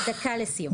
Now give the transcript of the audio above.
דקה לסיום.